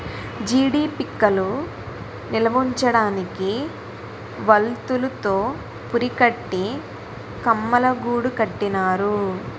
జీడీ పిక్కలు నిలవుంచడానికి వౌల్తులు తో పురికట్టి కమ్మలగూడు కట్టినారు